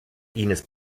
ines